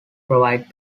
provide